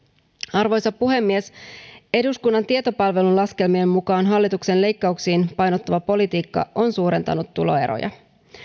arvoisa puhemies eduskunnan tietopalvelun laskelmien mukaan hallituksen leikkauksiin painottuva politiikka on suurentanut tuloeroja